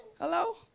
Hello